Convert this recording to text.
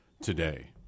today